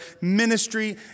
Ministry